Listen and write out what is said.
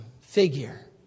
figure